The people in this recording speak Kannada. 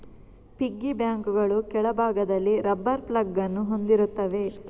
ಪಿಗ್ಗಿ ಬ್ಯಾಂಕುಗಳು ಕೆಳಭಾಗದಲ್ಲಿ ರಬ್ಬರ್ ಪ್ಲಗ್ ಅನ್ನು ಹೊಂದಿರುತ್ತವೆ